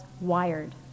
wired